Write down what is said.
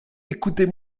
écoutez